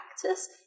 practice